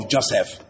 Joseph